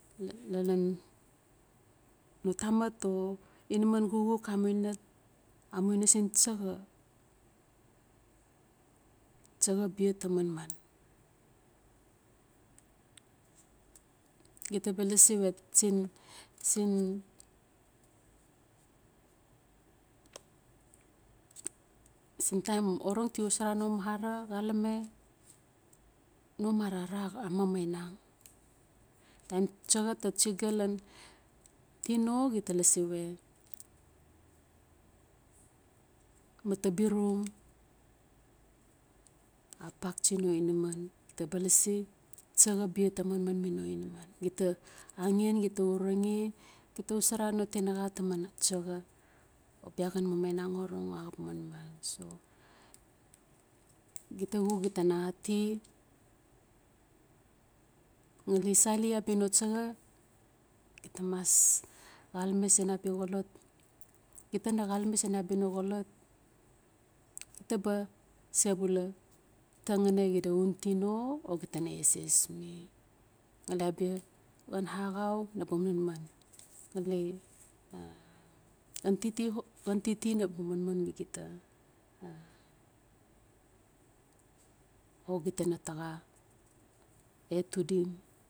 Lalan no tamat o inaman xuxuk amuina amuina sin chaxa, chaxa bia tamaman gita ba lasi we sin sin sin taim orong ti xosora no mara xalame no mara ara a maminang, taim chaxa ta chiga lan tino gita lasi we mata birum a paxchi no inaman gita ba lasi chaxa bia ta manman mi no inaman. Gita axen gita urungxe gita xosora no tinaxa taman chaxa o bia xan mamainang orong axap manman so gita xuxuk gita na ati ngali sali abia no chaxa gita mas xalame sin abia xolot gita ba sebula tataxina xida untino o gita na eses mi, ngali abia xan axau naba manman ngali a xan titi xan titi o gita na taxa etudim.